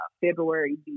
February